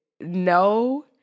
no